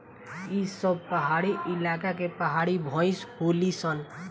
ई सब पहाड़ी इलाका के पहाड़ी भईस होली सन